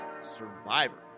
survivor